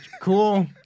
Cool